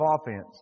offense